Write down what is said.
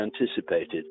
anticipated